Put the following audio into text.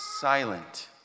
silent